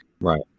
right